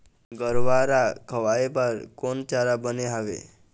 गरवा रा खवाए बर कोन चारा बने हावे?